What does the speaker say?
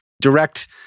Direct